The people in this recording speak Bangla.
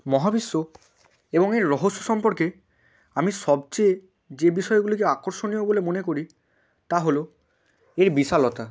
মহাবিশ্ব এবং এর রহস্য সম্পর্কে আমি সবচেয়ে যে বিষয়গুলিকে আকর্ষণীয় বলে মনে করি তা হলো এর বিশালতা